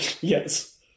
yes